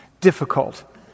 difficult